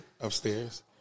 upstairs